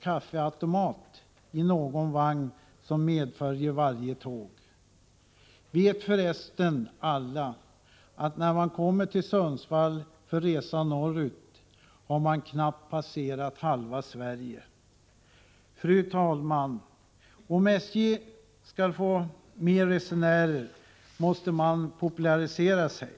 På den sträckan bör det på varje tåg finnas kaffeautomat i någon vagn. Vet för resten alla, att när man kommer till Sundsvall och skall fortsätta resan norrut, har man knappt passerat halva Sverige? Fru talman! Om SJ skall få fler resenärer måste SJ popularisera sig.